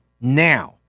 now